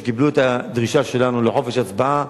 שקיבלו את הדרישה שלנו לחופש הצבעה.